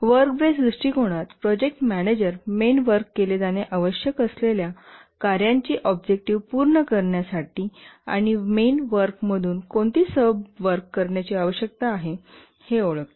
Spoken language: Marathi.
वर्क बेस दृष्टिकोनात प्रोजेक्ट मॅनेजर मेन वर्क केले जाणे आवश्यक असलेल्या कार्येची ऑब्जेक्टिव्ह पूर्ण करण्यासाठी आणि मेन वर्कतून कोणती सब वर्क करण्याची आवश्यकता आहे हे ओळखते